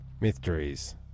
Mysteries